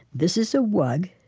this is a wug.